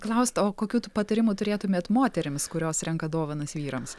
klaust o kokių tų patarimų turėtumėt moterims kurios renka dovanas vyrams